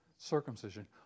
Circumcision